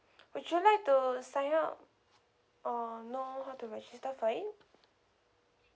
would you like to sign up or know how to register for it